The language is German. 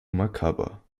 makaber